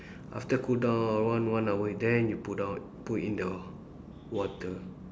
after cool down around one hour then you put down put in the water